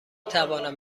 توانم